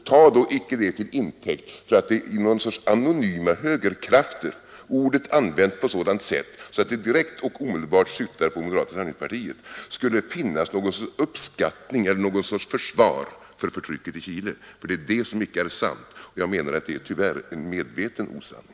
Ta då icke det till intäkt för påståenden att det i någon sorts anonyma högerkrafter — ordet använt på ett sådant sätt att det direkt och omedelbart syftar på moderata samlingspartiet — skulle finnas en uppskattning eller ett slags försvar för förtrycket i Chile. Det är detta som icke är sant, och jag menar att det är tyvärr en medveten osanning.